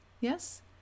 yes